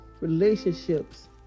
relationships